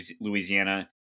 Louisiana